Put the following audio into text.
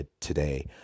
today